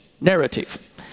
narrative